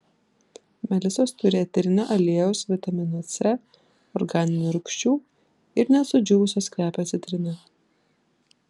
melisos turi eterinio aliejaus vitamino c organinių rūgščių ir net sudžiūvusios kvepia citrina